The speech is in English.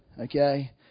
Okay